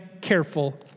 careful